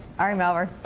ari melber.